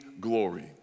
glory